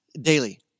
daily